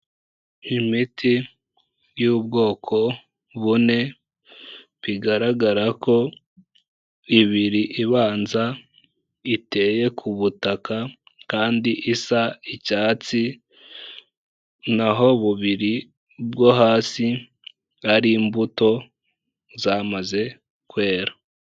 Imiti y'ubwoko bune, bigaragara ko ibiri ibanza iteye ku butaka, kandi isa icyatsi, naho bubiri bwo hasi, ari imbuto zamaze kwera.